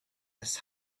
his